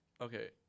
Okay